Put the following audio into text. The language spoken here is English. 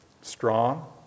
Strong